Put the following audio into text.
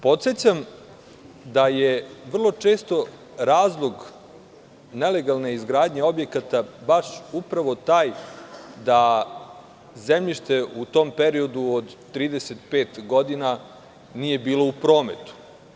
Podsećam da je vrlo često razlog nelegalne izgradnje objekata taj da zemljište u tom periodu od 35 godina nije bilo u prometu.